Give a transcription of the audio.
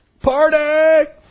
Party